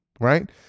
Right